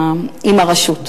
עם הרשות.